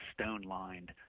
stone-lined